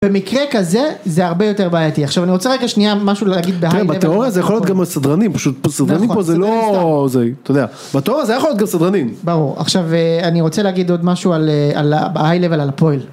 במקרה כזה זה הרבה יותר בעייתי, עכשיו אני רוצה רגע שנייה משהו להגיד בהיי לבל. תראה בתיאוריה זה יכול להיות גם הסדרנים, פשוט סדרנים פה זה לא זה, אתה יודע, בתיאוריה זה היה יכול להיות גם סדרנים. ברור, עכשיו אני רוצה להגיד עוד משהו על ההיי לבל, על הפויל.